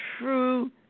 true